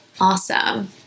awesome